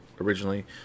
originally